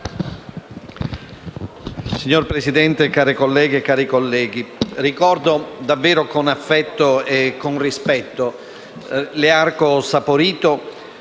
Signor Presidente, care colleghe e cari colleghi, ricordo davvero con affetto e rispetto Learco Saporito,